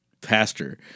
pastor